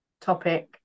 topic